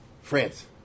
France